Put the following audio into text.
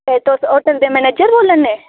ओह् तुस होटल दे मैनेजर बोल्ला नै